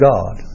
God